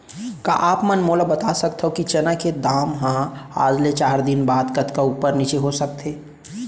का आप मन मोला बता सकथव कि चना के दाम हा आज ले चार दिन बाद कतका ऊपर नीचे हो सकथे?